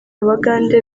abagande